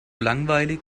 langweilig